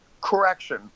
correction